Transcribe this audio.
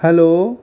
hello